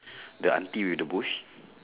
the auntie with the bush